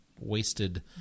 wasted